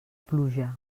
pluja